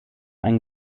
ein